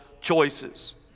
choices